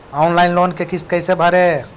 Online loan के किस्त कैसे भरे?